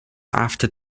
after